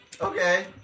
Okay